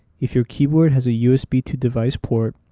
if your keyboard has a usb to device port,